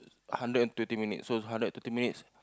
hundred and twenty minutes so it's hundred and thirty minutes